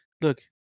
Look